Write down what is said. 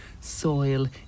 Soil